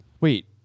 Wait